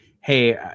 hey